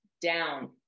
down